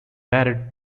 married